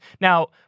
Now